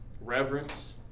reverence